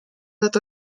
nad